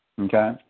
Okay